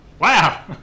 Wow